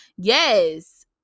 yes